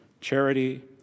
charity